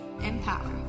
empower